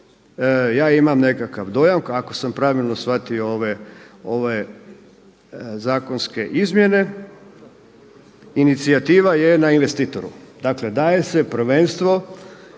ja imam nekakav dojam ako sam pravilno shvatio ove zakonske izmjene inicijativa je na investitoru. Dakle daje se prvenstveno